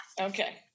Okay